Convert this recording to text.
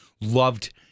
loved